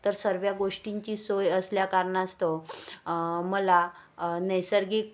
तर सर्व गोष्टींची सोय असल्या कारणास्तव मला नैसर्गिक